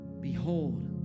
Behold